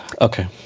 Okay